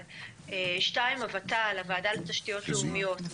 שתיים, הוות"ל, הוועדה לתשתיות לאומיות.